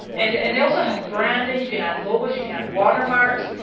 and and they also have branding, you can add logos, you can add watermarks.